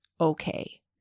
okay